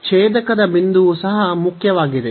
ಛೇದಕದ ಬಿಂದುವು ಸಹ ಮುಖ್ಯವಾಗಿದೆ